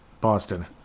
Boston